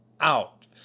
out